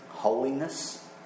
Holiness